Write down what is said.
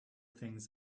things